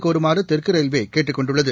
கோருமாறு தெற்கு ரயில்வேகேட்டுக் கொண்டுள்ளது